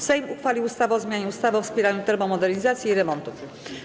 Sejm uchwalił ustawę o zmianie ustawy o wspieraniu termomodernizacji i remontów.